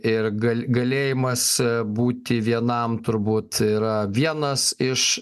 ir gal galėjimas būti vienam turbūt yra vienas iš